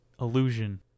illusion